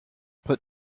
put